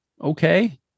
okay